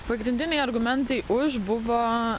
pagrindiniai argumentai už buvo